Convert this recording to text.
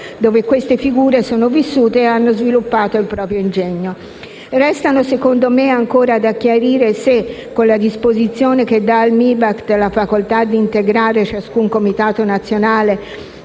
in questione sono vissute e hanno sviluppato il proprio ingegno. Resta secondo me ancora da chiarire se, con la disposizione che dà al MIBACT la facoltà di integrare ciascun comitato nazionale